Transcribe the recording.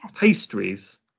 pastries